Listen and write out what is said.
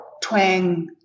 twang